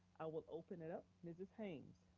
i will open it up. mrs. haynes,